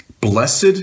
Blessed